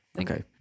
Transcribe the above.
Okay